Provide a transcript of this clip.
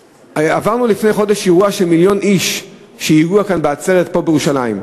עברנו לפני חודש אירוע של מיליון איש שהגיעו לעצרת פה בירושלים.